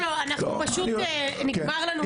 פשוט נגמר לנו הזמן.